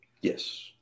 Yes